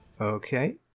Okay